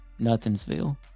nothingsville